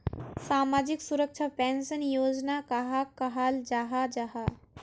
सामाजिक सुरक्षा पेंशन योजना कहाक कहाल जाहा जाहा?